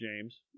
James